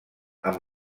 amb